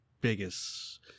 biggest